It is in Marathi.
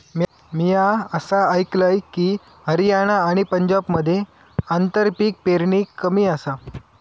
म्या असा आयकलंय की, हरियाणा आणि पंजाबमध्ये आंतरपीक पेरणी कमी आसा